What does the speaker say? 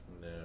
No